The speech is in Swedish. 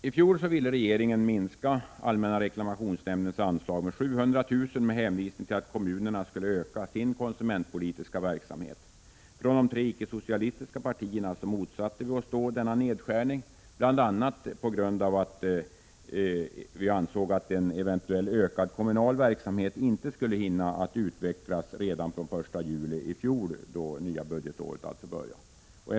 I fjol ville regeringen minska allmänna reklamationsnämndens anslag med 700 000 med hänvisning till att kommunerna skulle öka sin konsumentpolitiska verksamhet. Från de tre icke-socialistiska partierna motsatte vi oss denna nedskärning, bl.a. på grund av att vi ansåg att en eventuell ökad kommunal verksamhet inte skulle hinna utvecklas redan från den 1 juli fjol, då det nya budgetåret alltså började.